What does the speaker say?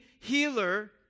healer